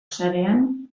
sarean